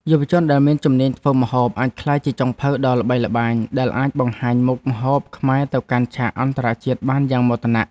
យុវជនដែលមានជំនាញធ្វើម្ហូបអាចក្លាយជាចុងភៅដ៏ល្បីល្បាញដែលអាចបង្ហាញមុខម្ហូបខ្មែរទៅកាន់ឆាកអន្តរជាតិបានយ៉ាងមោទនៈ។